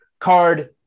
Card